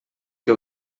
que